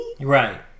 Right